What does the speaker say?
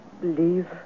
believe